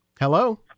Hello